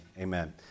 amen